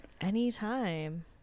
Anytime